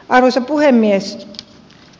arvoisa puhemies